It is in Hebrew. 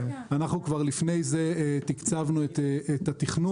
אנחנו, כבר לפני זה תקצבנו את התכנון.